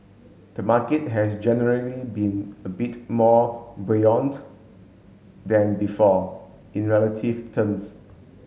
the market has generally been a bit more buoyant than before in relative terms